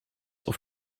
auf